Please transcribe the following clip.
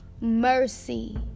mercy